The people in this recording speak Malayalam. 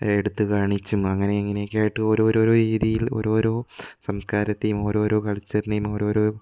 എടുത്ത് കാണിച്ചും അങ്ങനെ ഇങ്ങനെയൊക്കെ ആയിട്ട് ഓരോരോ രീതിയില് ഓരോരോ സംസ്ക്കാരത്തേയും ഓരോരോ കൾച്ചറിനേയും ഓരോരോ